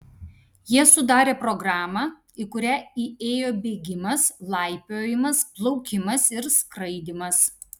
jie sudarė programą į kurią įėjo bėgimas laipiojimas plaukimas ir skraidymas